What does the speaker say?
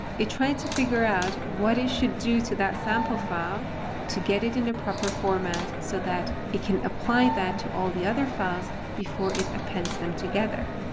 it tried to figure out what it should do to that sample file to get it in a proper format so that it can apply that to all the other files before it appends them together.